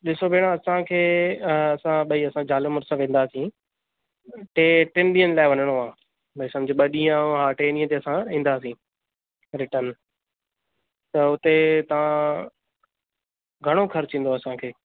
ॾिसो भेण असांखे असां ॿई असां ज़ाल मुड़ुसु वेंदासीं टे टिनि ॾींहंनि लाइ वञणो आहे भई सम्झि ॿ ॾींहं टे ॾींहं ते असां ईंदासीं रिटर्न त हुते तव्हां घणो ख़र्चु ईंदो असांखे